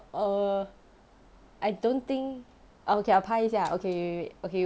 err I don't think okay ah 拍一下 okay wait wait okay